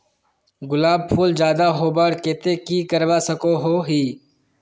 गुलाब फूल ज्यादा होबार केते की करवा सकोहो ही?